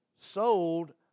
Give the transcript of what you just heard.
sold